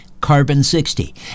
carbon-60